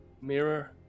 mirror